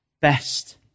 best